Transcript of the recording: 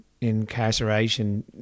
incarceration